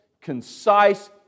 concise